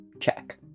Check